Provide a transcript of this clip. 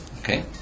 Okay